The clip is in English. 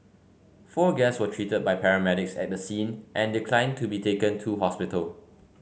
four guests were treated by paramedics at the scene and declined to be taken to hospital